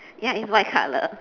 ya it's white colour